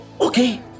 okay